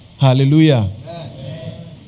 Hallelujah